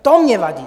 To mně vadí.